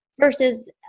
versus